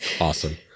Awesome